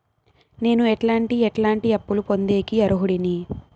నేను ఎట్లాంటి ఎట్లాంటి అప్పులు పొందేకి అర్హుడిని?